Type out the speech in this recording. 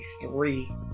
three